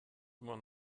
immer